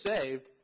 saved